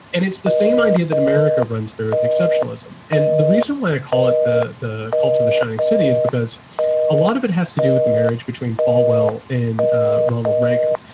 and it's the same idea that america runs through with exceptionalism. and the reason why i call it the the cult to the shining city is because a lot of it has to do with the marriage between falwell and ronald reagan,